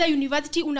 university